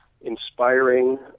inspiring